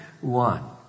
one